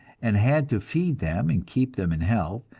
and had to feed them and keep them in health,